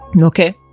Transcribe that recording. Okay